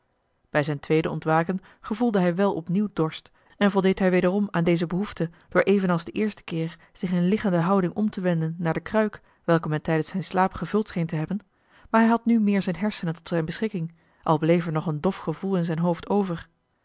bij zijn tweede ontwaken gevoelde hij wel opnieuw dorst en voldeed hij wederom aan deze behoefte door evenals den eersten keer zich in liggende houding om te wenden naar de kruik welke men tijdens zijn slaap joh h been paddeltje de scheepsjongen van michiel de ruijter gevuld scheen te hebben maar hij had nu meer zijn hersenen tot zijn beschikking al bleef er nog een dof gevoel in zijn hoofd over